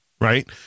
right